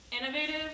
innovative